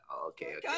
Okay